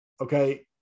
Okay